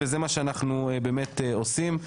וזה מה שאנחנו באמת עושים,